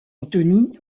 antony